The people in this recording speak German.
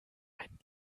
ein